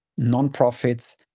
nonprofits